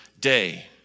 day